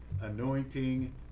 anointing